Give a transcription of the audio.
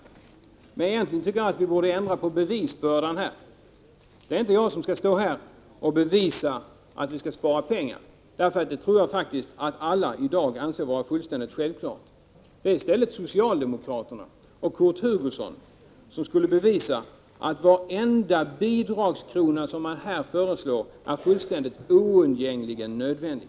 Egentligen tycker jag att vi borde ändra på bevisbördan härvidlag. Det är inte jag som skall stå och bevisa att vi skall spara pengar, för det tror jag faktiskt att alla i dag anser vara fullständigt självklart. Det är i stället socialdemokraterna och Kurt Hugosson som skulle bevisa att varenda bidragskrona som här föreslås är oundgängligen nödvändig.